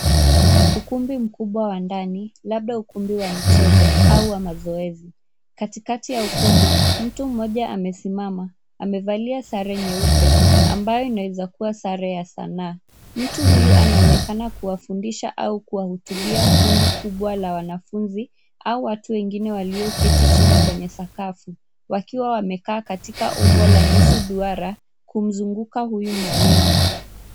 Ukumbi mkubwa wa ndani, labda ukumbi wa michezo au wa mazoezi. Katikati ya ukumbi mtu mmoja amesimama amevalia sare nyeupe ambayo inaweza kuwa sare ya sanaa. Mtu huyu anaonekana kuwafundisha au kuwahutubia kundi kubwa la wanafunzi au watu wengine walioketi chini kwenye sakafu wakiwa wamekaa katika umbo la nusu duara kumzunguka huyu mwalimu.